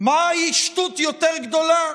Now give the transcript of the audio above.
מהי שטות יותר גדולה: